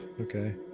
Okay